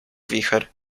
wicher